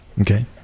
Okay